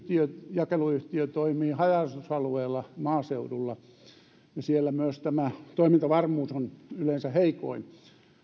jakeluyhtiö toimii haja asutusalueella maaseudulla ja siellä myös toimintavarmuus on yleensä heikoin